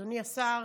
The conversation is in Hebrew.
אדוני השר,